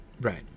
Right